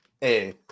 Hey